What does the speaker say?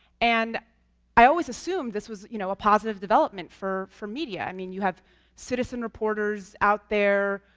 and i always assumed this was you know a positive development for for media i mean you have citizen reporters out there,